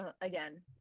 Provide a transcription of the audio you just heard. again